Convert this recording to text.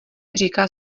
říká